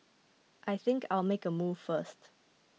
I think I'll make a move first